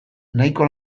nahiko